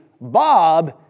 Bob